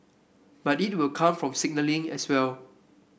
but it will come from signalling as well